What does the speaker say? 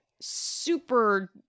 super